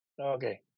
okay